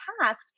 past